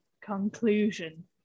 conclusion